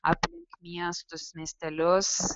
aplink miestus miestelius